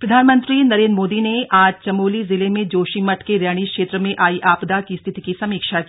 प्रधानमंत्री नरेन्द्र मोदी ने आज चमोली जिले में जोशीमठ के रैणी क्षेत्र में आयी आपदा की स्थिति की समीक्षा की